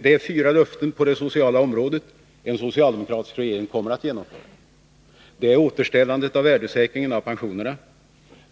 Det är fyra löften på det sociala området som en socialdemokratisk regering kommer att genomföra: Återställandet av värdeförsäkringen av pensionerna,